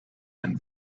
and